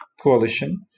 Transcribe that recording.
coalition